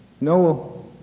No